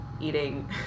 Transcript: eating